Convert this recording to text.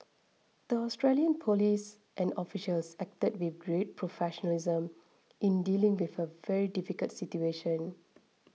the Australian police and officials acted with great professionalism in dealing with a very difficult situation